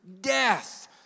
death